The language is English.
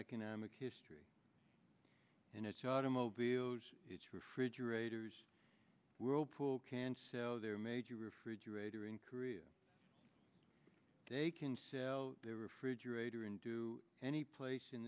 economic history and its automobiles its refrigerators whirlpool can sell their major refrigerator in korea they can sell their refrigerator in to any place in